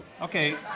-"Okay